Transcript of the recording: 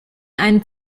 einen